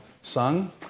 sung